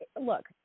look